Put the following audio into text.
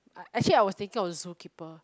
actually I was thinking of the zookeeper